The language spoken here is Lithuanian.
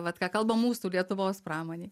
vat ką kalba mūsų lietuvos pramonei